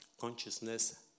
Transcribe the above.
consciousness